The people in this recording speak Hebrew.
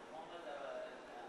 מעטפות פסולות, 0,